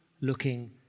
looking